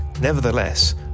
Nevertheless